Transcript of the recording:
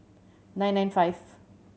nine nine five